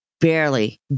barely